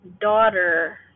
daughter